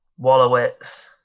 Wallowitz